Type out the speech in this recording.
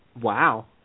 Wow